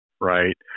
right